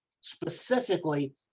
specifically